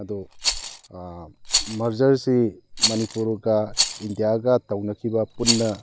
ꯑꯗꯣ ꯃꯔꯖꯔꯁꯤ ꯃꯅꯤꯄꯨꯔꯒ ꯏꯟꯗꯤꯌꯥꯒ ꯇꯧꯅꯈꯤꯕ ꯄꯨꯟꯅ